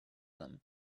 them